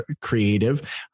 creative